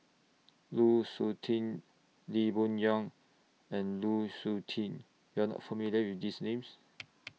Lu Suitin Lee Boon Yang and Lu Suitin YOU Are not familiar with These Names